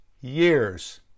years